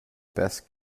best